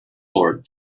lord